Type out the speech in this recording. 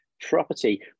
property